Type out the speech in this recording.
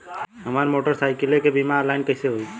हमार मोटर साईकीलके बीमा ऑनलाइन कैसे होई?